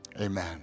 Amen